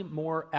more